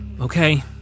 Okay